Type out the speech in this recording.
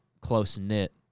close-knit